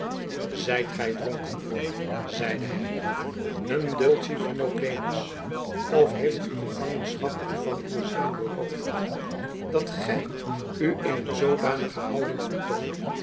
zijt gij dronken broeder zeide hij num dulci vino plenus of heeft uw gevangenschap u van uwe zinnen beroofd dat gij u in een zoodanige houding vertoont